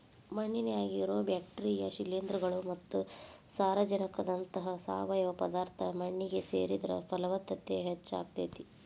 ಮಣ್ಣಿನ್ಯಾಗಿರೋ bacteria, ಶಿಲೇಂಧ್ರಗಳು ಮತ್ತ ಸಾರಜನಕದಂತಹ ಸಾವಯವ ಪದಾರ್ಥ ಮಣ್ಣಿಗೆ ಸೇರಿಸಿದ್ರ ಪಲವತ್ತತೆ ಹೆಚ್ಚಾಗ್ತೇತಿ